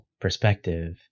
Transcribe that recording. perspective